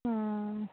हूँ